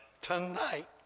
tonight